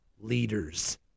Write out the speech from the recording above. leaders